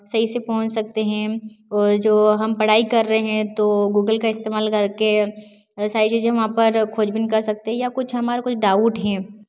सही से पहुंच सकते हैं और जो हम पढ़ाई कर रहे हैं तो गूगल का इस्तेमाल करके सारी चीजें वहाँ पर खोजबीन कर सकते हैं या कुछ हमारे कुछ डाउट हैं